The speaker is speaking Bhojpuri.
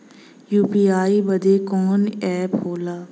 यू.पी.आई बदे कवन ऐप होला?